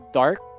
dark